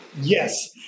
Yes